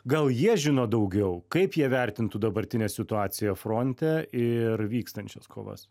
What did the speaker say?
gal jie žino daugiau kaip jie vertintų dabartinę situaciją fronte ir vykstančias kovas